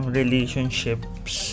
relationships